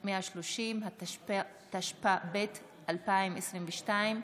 130), התשפ"ב 2022,